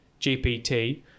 GPT